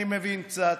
אני מבין קצת,